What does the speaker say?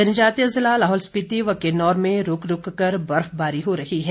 जनजातीय जिला लाहौल स्पिति व किन्नौर में रूक रूक बर्फबारी हो रही है